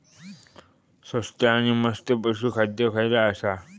स्वस्त आणि मस्त पशू खाद्य खयला आसा?